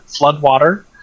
Floodwater